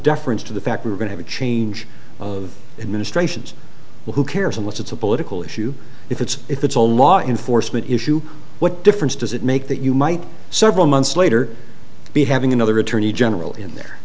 deference to the fact we're going to change of administrations who cares unless it's a political issue if it's if it's a law enforcement issue what difference does it make that you might several months later be having another attorney general in there